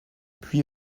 puis